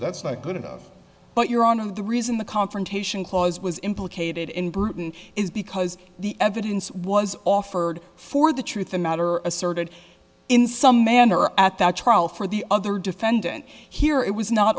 that's not good enough but you're on of the reason the confrontation clause was implicated in britain is because the evidence was offered for the truth the matter asserted in some manner at that trial for the other defendant here it was not